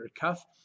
cuff